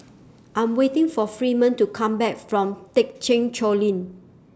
I'm waiting For Freeman to Come Back from Thekchen Choling